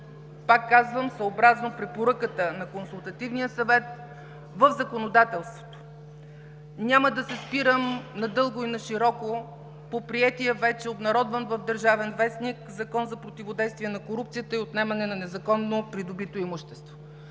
пак казвам, съобразно препоръката на Консултативния съвет по законодателството. Няма да се спирам надълго и нашироко по приетия вече, обнародван в „Държавен вестник“ Закон за противодействие на корупцията и отнемане на незаконно придобито имущество.